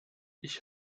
ich